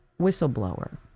whistleblower